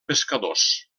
pescadors